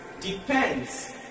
depends